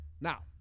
Now